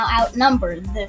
outnumbered